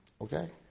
Okay